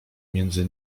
między